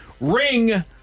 Ring